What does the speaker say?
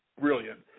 brilliant